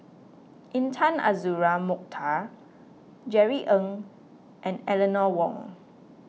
Intan Azura Mokhtar Jerry Ng and Eleanor Wong